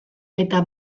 eta